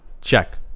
check